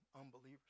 unbelievers